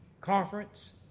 conference